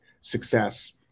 success